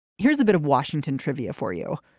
here's a bit of washington trivia for you.